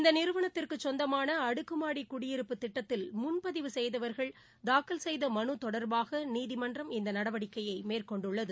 இந்த நிறுவனத்திற்கு சொந்தமான அடுக்குமாடி குடியிருப்பு திட்டத்தில் முன்பதிவு செய்தவர்கள் தாக்கல் செய்த மனு தொடர்பாக நீதிமன்றம் இந்த நடவடிக்கையை மேற்கொண்டுள்ளது